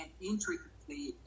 intricately